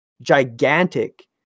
gigantic